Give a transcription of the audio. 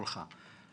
אחר.